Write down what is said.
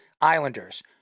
Islanders